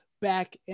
back